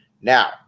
Now